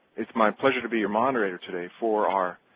it's my pleasure to be your moderator today for our